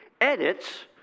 edits